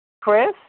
Chris